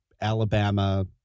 Alabama